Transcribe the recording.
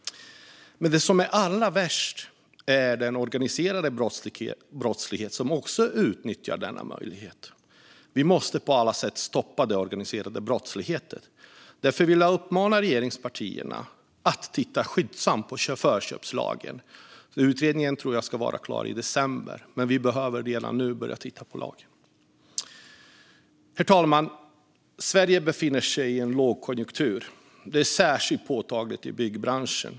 Det som är allra värst är dock den organiserade brottslighet som också utnyttjar denna möjlighet. Vi måste på alla sätt stoppa den organiserade brottsligheten. Därför vill jag uppmana regeringspartierna att skyndsamt titta på förköpslagen. Utredningen ska vara klar i december, tror jag, men vi behöver redan nu börja titta på lagen. Herr talman! Sverige befinner sig i en lågkonjunktur. Detta är särskilt påtagligt i byggbranschen.